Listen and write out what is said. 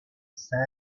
sad